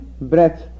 breath